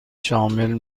شامل